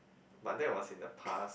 but that was in the past